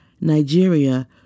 Nigeria